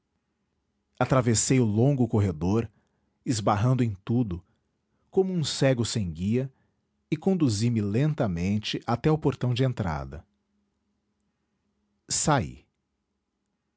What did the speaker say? atravessei o longo corredor esbarrando em tudo como um cego sem guia e conduzi me lentamente até ao portão de entrada saí